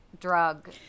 drug